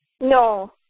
No